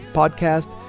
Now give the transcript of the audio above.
podcast